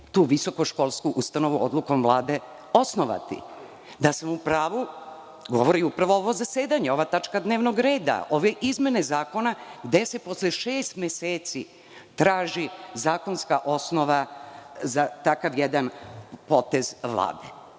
tu visokoškolsku ustanovu odlukom Vlade osnovati. Da sam u pravu govori upravo ovo zasedanje, ova tačka dnevnog reda, ove izmene zakona, gde se posle šest meseci traži zakonska osnova za takav jedan potez Vlade.